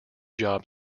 job